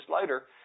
later